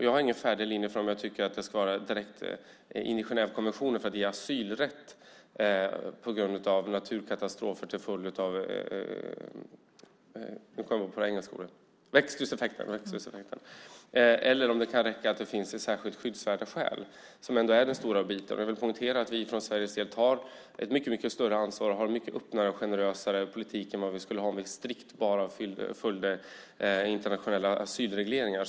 Jag har ingen färdigt linje för om jag tycker att det ska in i Genèvekonventionen att man ska ge asylrätt på grund av naturkatastrofer på grund av växthuseffekten eller om det kan räcka att det finns särskilt skyddsvärda skäl. Det är den stora biten. Jag vill poängtera att vi från Sverige tar ett mycket större ansvar och har en mycket öppnare och generösare politik än vad vi skulle ha om vi strikt följde internationella asylregleringar.